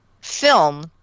film